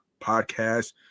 podcast